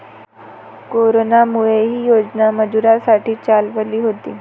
कोरोनामुळे, ही योजना मजुरांसाठी चालवली होती